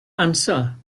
answer